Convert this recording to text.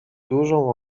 dużą